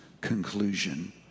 conclusion